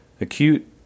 Acute